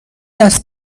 دست